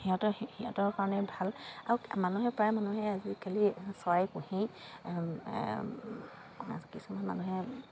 সিহঁত সিহঁতৰ কাৰণে ভাল আৰু মানুহে প্ৰায় মানুহে আজিকালি চৰাই পোহেই কিছুমান মানুহে